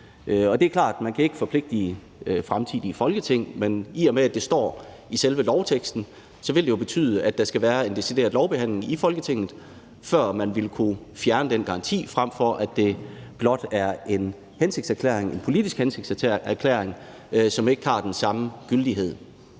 Og det er klart, at man ikke kan forpligtige de fremtidige folketingsmedlemmer, men i og med at det står i selve lovteksten, vil det jo betyde, at der skal være en decideret lovbehandling i Folketinget, før man ville kunne fjerne den garanti, frem for at det blot er en politisk hensigtserklæring, som ikke har den samme gyldighed.